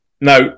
Now